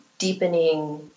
deepening